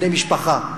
בני משפחה.